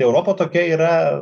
europa tokia yra